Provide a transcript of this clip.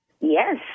Yes